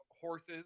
horses